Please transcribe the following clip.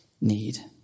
need